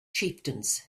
chieftains